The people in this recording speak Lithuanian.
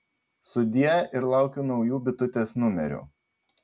sudie ir laukiu naujų bitutės numerių